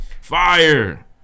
Fire